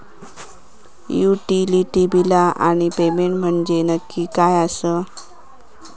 Utility बिला आणि payment म्हंजे नक्की काय आसा?